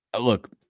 look